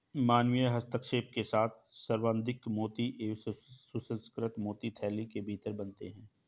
मानवीय हस्तक्षेप के साथ संवर्धित मोती एक सुसंस्कृत मोती थैली के भीतर बनते हैं